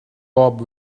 bob